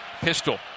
Pistol